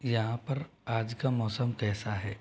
यहाँ पर आज का मौसम कैसा है